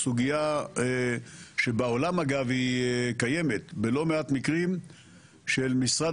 זו סוגיה שבעולם אגב היא קיימת בלא מעט מקרים של משרד